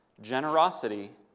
generosity